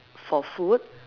for food